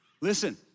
Listen